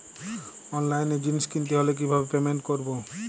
অনলাইনে জিনিস কিনতে হলে কিভাবে পেমেন্ট করবো?